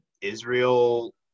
israel